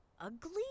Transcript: ugly